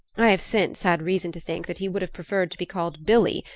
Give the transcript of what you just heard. i have since had reason to think that he would have preferred to be called billy,